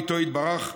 מאיתו יתברך,